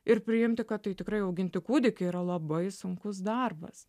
ir priimti kad tai tikrai auginti kūdikį yra labai sunkus darbas